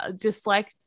dislike